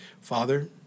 Father